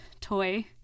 toy